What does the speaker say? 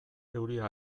euria